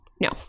No